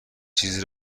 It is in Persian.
چیزی